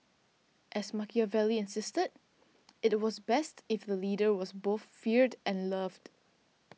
as Machiavelli insisted it it was best if the leader was both feared and loved